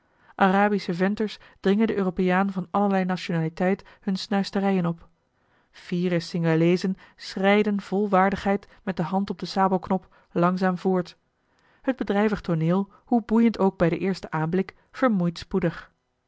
arabische venters dringen den europeaan van allerlei nationaliteit hunne snuisterijen op fiere singhaleezen schrijden vol waardigheid met de hand op den sabelknop langzaam voort t bedrijvig tooneel hoe boeiend ook bij den eersten aanblik vermoeit spoedig